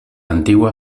antigua